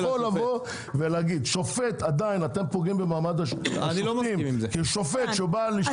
אתם פוגעים במעמד השופטים כי שופט שבא לשפוט הוא שופט על פי דין.